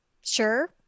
Sure